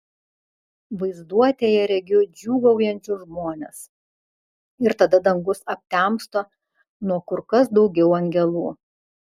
vaizduotėje regiu džiūgaujančius žmones ir tada dangus aptemsta nuo kur kas daugiau angelų